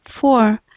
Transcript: Four